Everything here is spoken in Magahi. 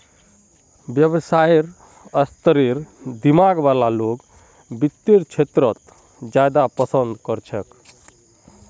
व्यवसायेर स्तरेर दिमाग वाला लोग वित्तेर क्षेत्रत ज्यादा पसन्द कर छेक